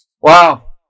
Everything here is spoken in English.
Wow